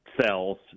cells